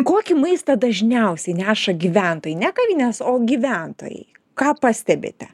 kokį maistą dažniausiai neša gyventojai ne kavinės o gyventojai ką pastebite